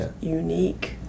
unique